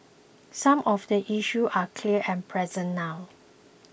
some of the issues are clear and present now